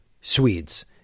Swedes